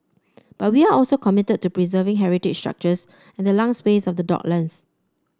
but we are also committed to preserving heritage structures and the lung space of the docklands